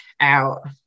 out